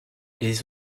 les